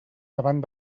davant